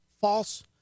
false